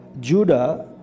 Judah